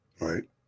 Right